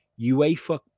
UEFA